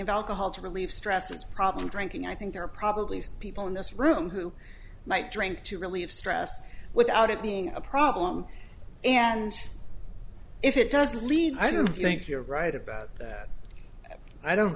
alcohol to relieve stress is problem drinking i think there are probably some people in this room who might drink to relieve stress without it being a problem and if it does lead i don't think you're right about that i don't